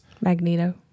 Magneto